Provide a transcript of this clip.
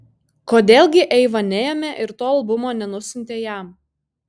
kodėl gi eiva neėmė ir to albumo nenusiuntė jam